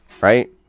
right